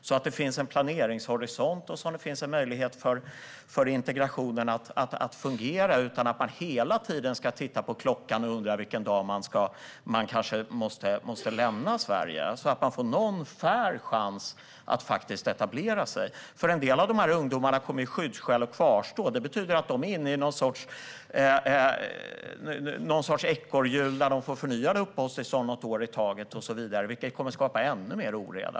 Då hade det funnits en planeringshorisont och en möjlighet för integrationen att fungera, i stället för att man hela tiden ska titta på klockan och undra vilken dag man kanske måste lämna Sverige. Då hade man fått en fair chans att etablera sig. För en del av ungdomarna kommer skyddsskäl att kvarstå. Det betyder att de är inne i någon sorts ekorrhjul där de får förnyade uppehållstillstånd något år i taget och så vidare. Det kommer tyvärr att skapa ännu mer oreda.